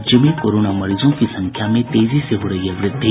राज्य में कोरोना मरीजों की संख्या में तेजी से हो रही है वृद्धि